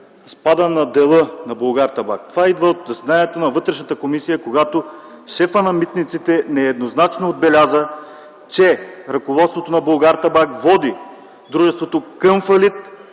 спада на дела на „Булгартабак”. Това идва от заседанието на Вътрешната комисия, когато шефа на Митниците нееднозначно отбеляза, че ръководството на „Булгартабак” води дружеството към фалит